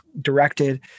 directed